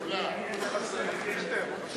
הצעת סיעת קדימה להביע